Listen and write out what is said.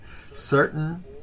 certain